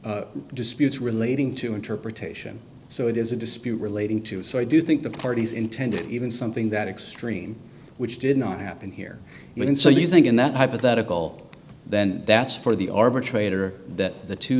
says disputes relating to interpretation so it is a dispute relating to so i do think the parties intended even something that extreme which did not happen here and so you think in that hypothetical then that's for the arbitrator that the two